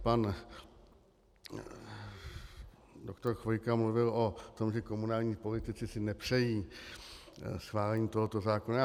Pan dr. Chvojka mluvil o tom, že komunální politici si nepřejí schválení tohoto zákona.